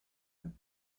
him